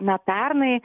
na pernai